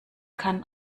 kann